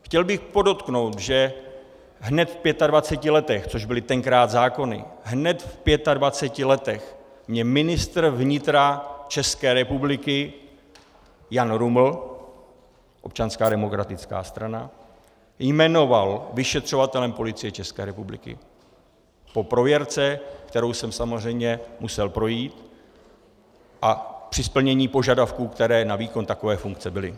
Chtěl bych podotknout, že hned v 25 letech, což byly tenkrát zákony, hned v 25 letech mě ministr vnitra České republiky Jan Ruml, Občanská demokratická strana, jmenoval vyšetřovatelem Policie České republiky po prověrce, kterou jsem samozřejmě musel projít, a při splnění požadavků, které na výkon takové funkce byly.